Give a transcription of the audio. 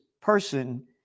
person